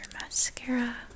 mascara